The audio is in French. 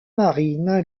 marine